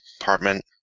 apartment